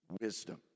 wisdom